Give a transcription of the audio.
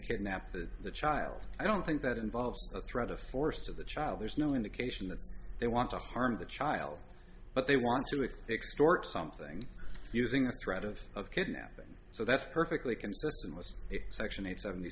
kidnap that the child i don't think that involves a threat of force to the child there's no indication that they want to harm the child but they want to explore it something using a threat of of kidnapping so that's perfectly consistent was section eight seventy